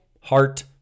heart